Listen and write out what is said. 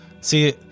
See